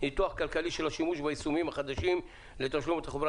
ניתוח כלכלי של השימוש ביישומים החדשים לתשלום לתחבורה